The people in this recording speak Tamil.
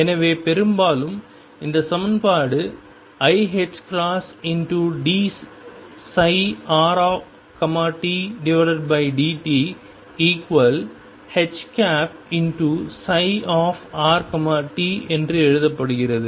எனவே பெரும்பாலும் இந்த சமன்பாடு iℏdψrtdtHψrt என்றும் எழுதப்படுகிறது